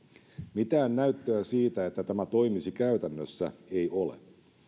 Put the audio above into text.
mitään näyttöä siitä että tämä toimisi käytännössä ei ole